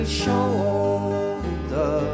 shoulder